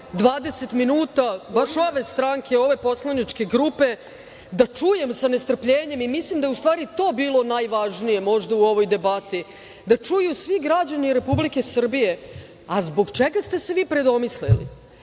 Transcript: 20 minuta, baš ove stranke, ove poslaničke grupe da čujem sa nestrpljenjem i mislim da je ustvari to bilo najvažnije možda u ovoj debati i da čuju svi građani Republike Srbije, a zbog čega ste se vi predomislili?